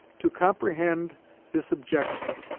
to comprehend this objection,